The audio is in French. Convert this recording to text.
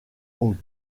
heaume